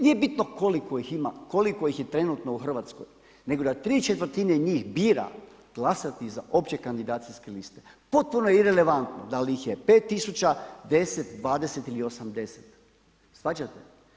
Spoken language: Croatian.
Nije bitno koliko ih ima, koliko ih je trenutno u Hrvatskoj, nego da ¾ njih bira glasati za opće kandidacijske liste potpuno je irelevantno da li ih je 5 tisuća, 10, 20 ili 80 shvaćate.